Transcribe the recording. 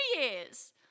Year's